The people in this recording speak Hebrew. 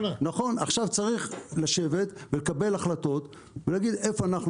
צריך לשבת ולקבל החלטות ולהגיד איפה אנחנו